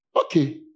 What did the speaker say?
Okay